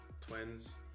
twins